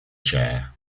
chair